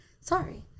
Sorry